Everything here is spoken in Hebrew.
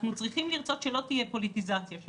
אנחנו צריכים לרוץ שלא תהיה פוליטיזציה של